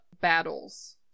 battles